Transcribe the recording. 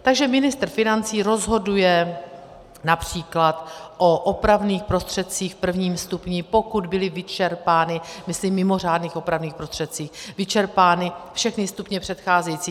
Takže ministr financí rozhoduje například o opravných prostředcích v prvním stupni, pokud byly vyčerpány myslím mimořádných opravných prostředcích vyčerpány všechny stupně předcházející.